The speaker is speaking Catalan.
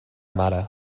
mare